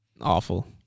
awful